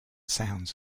sounds